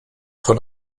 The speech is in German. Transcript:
von